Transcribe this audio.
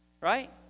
right